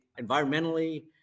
environmentally